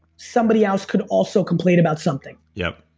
somebody else could also complain about something yep